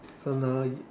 so now